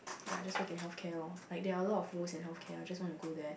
ya just work in healthcare lor like there are a lot of roles in healthcare I just wanna go there